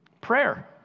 Prayer